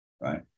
right